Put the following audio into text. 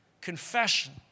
Confession